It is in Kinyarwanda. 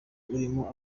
urimo